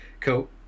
Cool